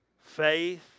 faith